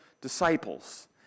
disciples